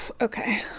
okay